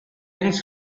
rings